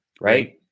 Right